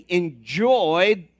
enjoyed